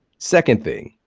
second thing,